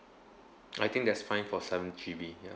I think that's fine for seven G_B ya